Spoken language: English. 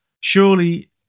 Surely